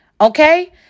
okay